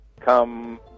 come